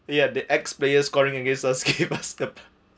ya the ex players scoring against us give us the